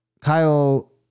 Kyle